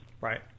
Right